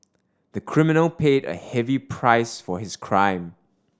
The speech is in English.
the criminal paid a heavy price for his crime